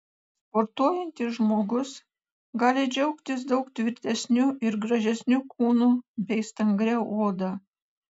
sportuojantis žmogus gali džiaugtis daug tvirtesniu ir gražesniu kūnu bei stangria oda